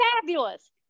fabulous